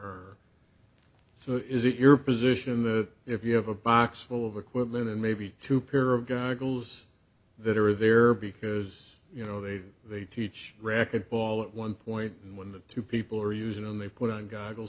are so is it your position that if you have a box full of equipment and maybe two pair of goggles that are there because you know they they teach racquetball at one point when the two people are using them they put on goggle